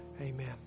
Amen